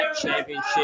championship